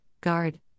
guard